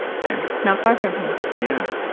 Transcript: not far from here. yeah.